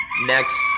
Next